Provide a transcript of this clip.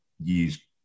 use